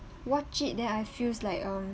watch it then I feels like um